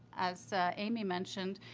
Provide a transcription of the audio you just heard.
as amy mentioned,